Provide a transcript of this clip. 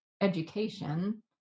education